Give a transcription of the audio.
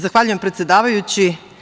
Zahvaljujem, predsedavajući.